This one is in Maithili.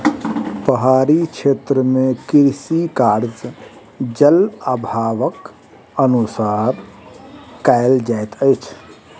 पहाड़ी क्षेत्र मे कृषि कार्य, जल अभावक अनुसार कयल जाइत अछि